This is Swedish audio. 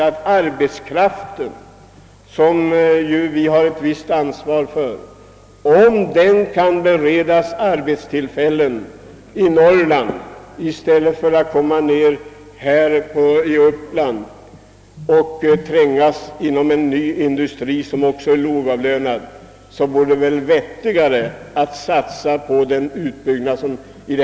Om arbetskraften, som vi ju har ett visst ansvar för, kan beredas arbetstillfällen i Norrland i stället för att behöva trängas med arbetskraften i Uppland inom en ny industri, där arbetskraften också är lågavlönad, så vore det väl vettigare att satsa på utbyggnaden däruppe?